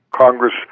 Congress